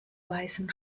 weißen